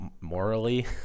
morally